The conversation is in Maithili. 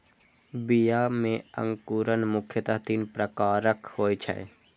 बीया मे अंकुरण मुख्यतः तीन प्रकारक होइ छै